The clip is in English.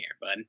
bud